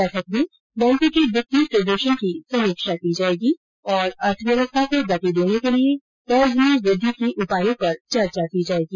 बैठक में बैंकों के वित्तीय प्रदर्शन की समीक्षा की जायेगी और अर्थव्यवस्था को गति देने के लिए कर्ज में वृद्वि के उपायों पर चर्चा की जायेगी